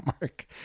mark